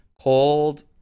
called